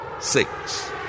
six